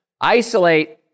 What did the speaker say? Isolate